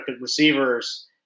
receivers